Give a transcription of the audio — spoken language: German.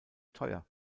teuer